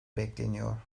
bekleniyor